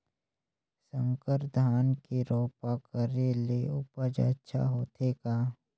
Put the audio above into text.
संकर धान के रोपा करे ले उपज अच्छा होथे का?